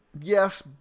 Yes